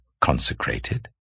consecrated